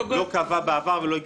משרד החינוך לא קבע בעבר ולא יכול